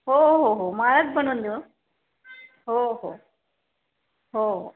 हो हो हो माळच बनून देऊ हो हो हो हो